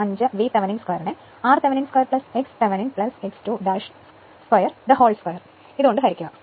5 VThevenin 2 നെ r Thevenin 2 x Thevenin x 2 22 കൊണ്ട് ഹരിക്കുക